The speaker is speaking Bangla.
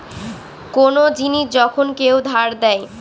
কোন জিনিস যখন কেউ ধার দেয়